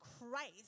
Christ